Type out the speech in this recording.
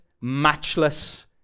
matchless